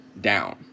down